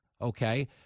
Okay